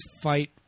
fight